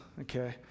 okay